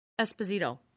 Esposito